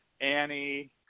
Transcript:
Annie